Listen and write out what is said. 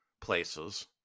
places